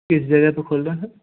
किस जगह पर खोल रहे हैं सर